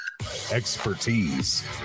expertise